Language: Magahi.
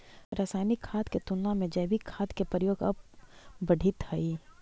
रासायनिक खाद के तुलना में जैविक खाद के प्रयोग अब बढ़ित हई